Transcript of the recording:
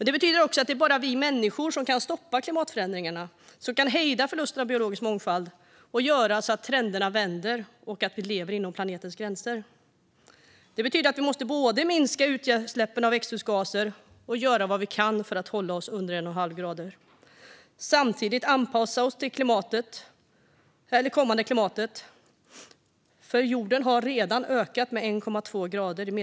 Det betyder också att det bara är vi människor som kan stoppa klimatförändringarna, hejda förlusten av biologisk mångfald och göra så att trenderna vänder och så att vi lever inom planetens gränser. Vi måste minska utsläppen av växthusgaser, göra vad vi kan för att hålla oss under 1,5 grader och samtidigt anpassa oss till det kommande klimatet. Jordens medeltemperatur har redan ökat med 1,2 grader.